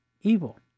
evil